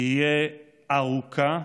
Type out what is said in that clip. תהיה ארוכה,